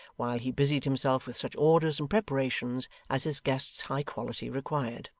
while he busied himself with such orders and preparations as his guest's high quality required.